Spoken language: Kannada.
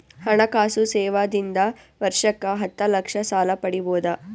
ಹಣಕಾಸು ಸೇವಾ ದಿಂದ ವರ್ಷಕ್ಕ ಹತ್ತ ಲಕ್ಷ ಸಾಲ ಪಡಿಬೋದ?